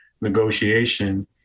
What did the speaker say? negotiation